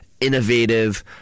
innovative